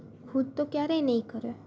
ખુદ તો ક્યારેય નહીં કરે